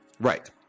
Right